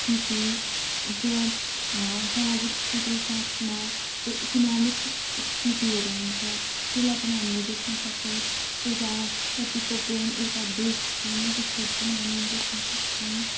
स्थिति जो समाजिक स्थिति जो इकोनोमिक स्थितिहरू हुन्छ त्यसलाई पनि हामीले देख्न सक्छौँ एउटा पतिको प्रेम एउटा देश प्रेम त्यस्तोहरू पनि हामी देख्न सक्छौँ